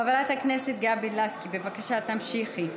חברת הכנסת גבי לסקי, בבקשה, תמשיכי.